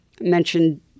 mentioned